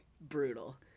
Brutal